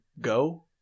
Go